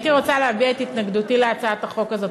אני רוצה להביע את התנגדותי להצעת החוק הזאת.